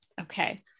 Okay